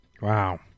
Wow